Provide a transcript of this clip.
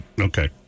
Okay